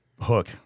hook